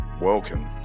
welcome